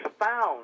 found